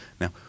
Now